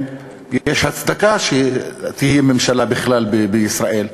יש הצדקה שתהיה בכלל ממשלה בישראל,